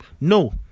No